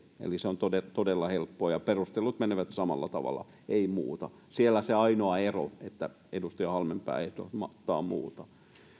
se on todella helppoa ja perustelut menevät samalla tavalla ei muuta siellä on se ainoa ero että edustaja halmeenpää ehdottaa muuta